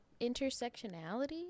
intersectionality